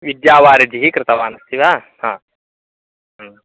विद्यावारिधिः कृतवानस्ति वा हा ह्म्